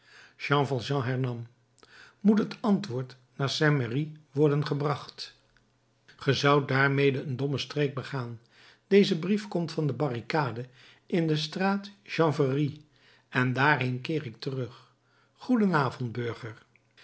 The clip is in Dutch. jean valjean hernam moet het antwoord naar saint merry worden gebracht ge zoudt daarmede een dommen streek begaan deze brief komt van de barricade in de straat chanvrerie en daarheen keer ik terug goeden avond burger